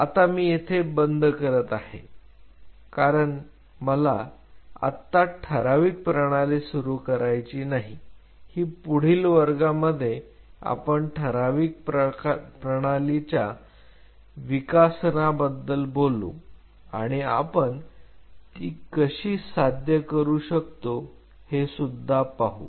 आता मी येथे बंद करत आहे कारण मला आत्ता ठराविक प्रणाली सुरू करायची नाही ही पुढील वर्गामध्ये आपण ठराविक प्रणालीचा विकासनाबद्दल बोलू आणि आपण ती कशी साध्य करू शकतो हे सुद्धा पाहा